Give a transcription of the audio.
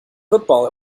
football